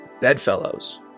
bedfellows